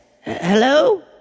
Hello